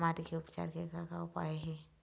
माटी के उपचार के का का उपाय हे?